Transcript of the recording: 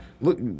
Look